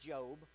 Job